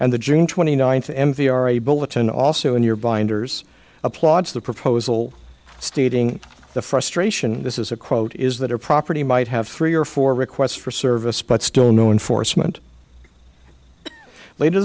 and the june twenty ninth m v are a bulletin also in your binders applauds the proposal stating the frustration this is a quote is that a property might have three or four requests for service but still no enforcement later